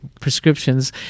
prescriptions